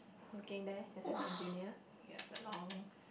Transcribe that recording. working there as an engineer ya it's a long